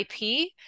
IP